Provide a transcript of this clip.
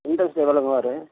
interest எவ்வளோங்க வரும்